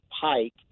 pike